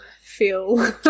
feel